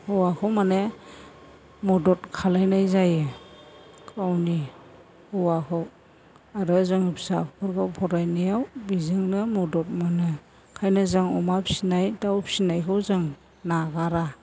हौवाखौ माने मदद खालामनाय जायो गावनि हौवाखौ आरो जों फिसाफोरखौ फरायनायाव बेजोंनो मदद मोनो ओंखायनो जों अमा फिसिनाय दाउ फिसिनायखौ जों नागारा